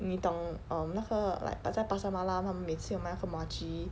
你懂 um 那个 like 在 pasar malam 他们每次有卖那个 muah chee